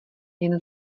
jen